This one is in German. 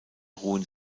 ruhen